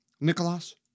Nicholas